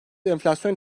enflasyon